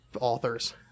authors